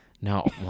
no